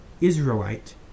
Israelite